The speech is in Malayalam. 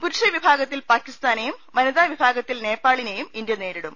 പുരുഷ വിഭാഗത്തിൽ പാക്കിസ്ഥാനെയും വനിതാ വിഭാഗത്തിൽ നേപ്പാളിനെയും ഇന്ത്യ നേരിടും